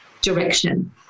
direction